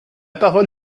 parole